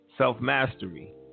Self-mastery